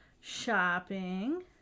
Shopping